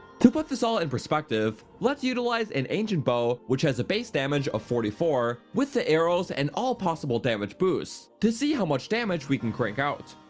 to put this all in and perspective, let's utilize an ancient bow, which has a base damage of forty four, with the arrows and all possible damage boosts, to see how much damage we can crank out.